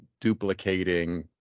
duplicating